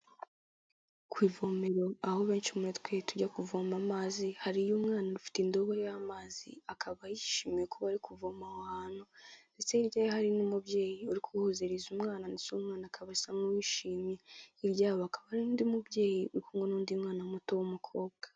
Ku ivomero aho benshi muri twe tujya kuvoma amazi, hariyo umwana ufite indobo y'amazi akaba yishimiye kuba ari kuvoma aho hantu, ndetse hirya ye hari n'umubyeyi uri kuhozereza umwana ndetse uwo mwana akaba asa n'uwishimye, hirya yabo hakaba hari n'undi mubyeyi uri kumwe n'undi mwana muto w'umukobwa.